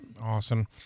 Awesome